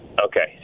Okay